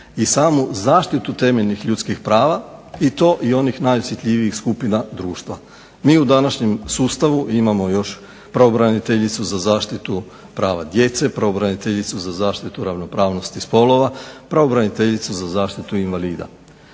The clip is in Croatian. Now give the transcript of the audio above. i samu zaštitu temeljnih ljudskih prava i to onih najosjetljivijih skupina društva. Mi u današnjem sustavu imamo još pravobraniteljicu za zaštitu prava djece, pravobraniteljicu za zaštitu ravnopravnosti spolova, pravobraniteljicu za zaštitu invalida.